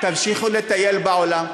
תמשיכו לטייל בעולם.